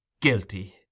Guilty